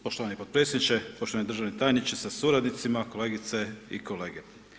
Poštovani potpredsjedniče, poštovani državni tajniče sa suradnicima, kolegice i kolege.